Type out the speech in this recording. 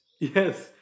Yes